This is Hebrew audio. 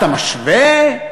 אתה משווה?